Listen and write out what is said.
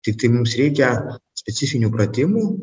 tiktai mums reikia specifinių pratimų